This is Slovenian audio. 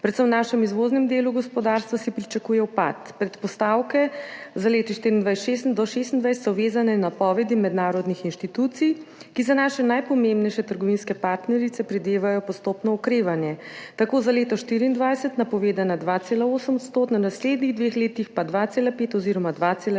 Predvsem v našem izvoznem delu gospodarstva se pričakuje upad. Predpostavke za leta 2024–2026 so vezane na napovedi mednarodnih inštitucij, ki za naše najpomembnejše trgovinske partnerice predvidevajo postopno okrevanje, tako za leto 2024 napovedana 2,8-odstotna, v naslednjih dveh letih pa 2,5- oziroma